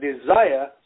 desire